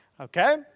Okay